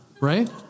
right